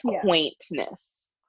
quaintness